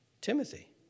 Timothy